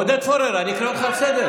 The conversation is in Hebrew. עודד פורר, אני אקרא אותך לסדר.